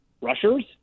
rushers